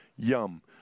Yum